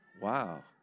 Wow